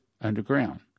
underground